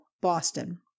Boston